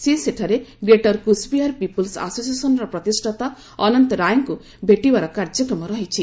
ସେ ସେଠାରେ greater Coochbehar people's ଆସୋସିଏସନ୍ର ପ୍ରତିଷ୍ଠାତା ଅନନ୍ତ ରାୟଙ୍କୁ ଭେଟିବାର କାର୍ଯ୍ୟକ୍ରମ ରହଛି